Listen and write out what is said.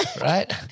right